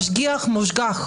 משגיח-מושגח,